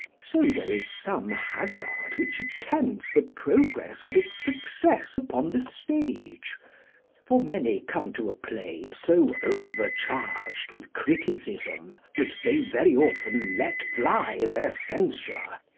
so there is some hazard which attends the progress of its success upon the stage for many come to a play so overcharged with criticism, that they very often let fly their censure,